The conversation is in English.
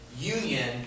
union